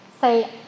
Say